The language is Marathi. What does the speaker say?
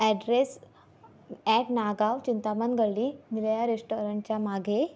ॲड्रेस ॲट नागाव चिंतामण गल्ली निवळ्या रेस्टॉरंटच्या मागे